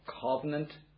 covenant